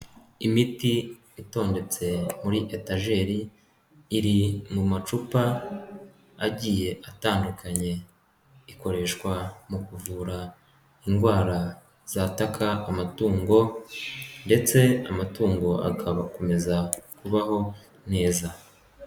Imiti itondetse muri etajeri iri mu macupa agiye atandukanye. Ikoreshwa mu kuvura indwara zataka amatungo ndetse amatungo akaba akomeza kubaho neza.